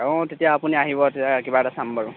অঁ তেতিয়া আপুনি আহিব তেতিয়া কিবা এটা চাম বাৰু